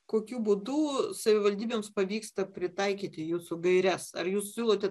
kokiu būdu savivaldybėms pavyksta pritaikyti jūsų gaires ar jūs siūlote